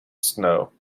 snow